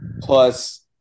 plus